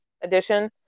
edition